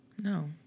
No